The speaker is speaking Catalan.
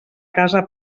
casa